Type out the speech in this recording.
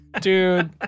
Dude